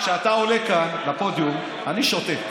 כשאתה עולה כאן לפודיום אני שותק,